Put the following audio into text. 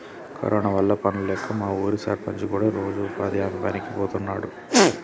corona వల్ల పనుల్లేక మా ఊరి సర్పంచ్ కూడా రోజూ ఉపాధి హామీ పనికి బోతన్నాడు